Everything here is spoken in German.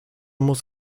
muss